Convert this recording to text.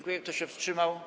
Kto się wstrzymał?